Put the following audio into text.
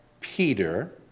peter